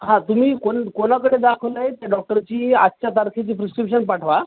हा तुम्ही कोण कोणाकडे दाखवलं आहे त्या डॉक्टरची आजच्या तारखेची प्रिस्क्रिप्शन पाठवा